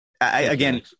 again